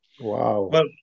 Wow